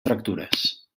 fractures